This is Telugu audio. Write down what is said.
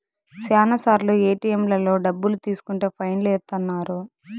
శ్యానా సార్లు ఏటిఎంలలో డబ్బులు తీసుకుంటే ఫైన్ లు ఏత్తన్నారు